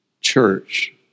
church